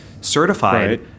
certified